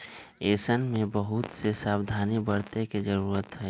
ऐसन में बहुत से सावधानी बरते के जरूरत हई